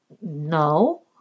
no